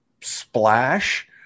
splash